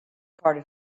car